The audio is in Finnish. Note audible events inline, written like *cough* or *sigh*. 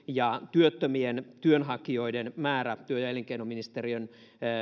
*unintelligible* ja työttömien työnhakijoiden määrä työ ja elinkeinoministeriön